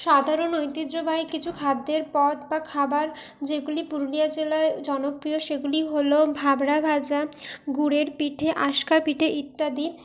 সাধারণ ঐতহ্যবাহী কিছু খাদ্যের পদ বা খাবার যেগুলি পুরুলিয়া জেলায় জনপ্রিয় সেগুলি হল ভাভরা ভাজা গুড়ের পিঠে আশকা পিঠে ইত্যাদি